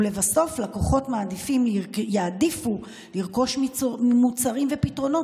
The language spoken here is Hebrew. ולבסוף לקוחות יעדיפו לרכוש מוצרים ופתרונות